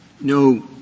no